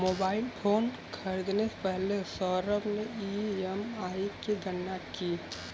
mobile phone खरीदने से पहले सौरभ ने ई.एम.आई की गणना की